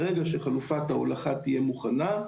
ברגע שחלופת ההולכה תהיה מוכנה,